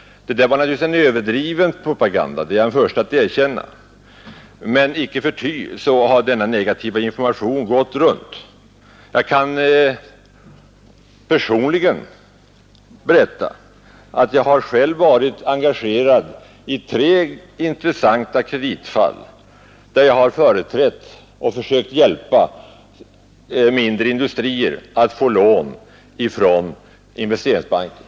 Det där var naturligtvis en överdriven propaganda, det är jag den förste att erkänna, men icke förty har denna negativa information gått runt. Jag kan berätta att jag personligen har varit engagerad i tre intressanta kreditfall, där jag har företrätt och försökt hjälpa mindre industrier att få lån från Investeringsbanken.